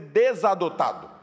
desadotado